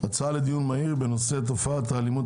הצעה לדיון מהיר בנושא: "תופעת האלימות